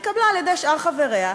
שהתקבלה על-ידי שאר חבריה,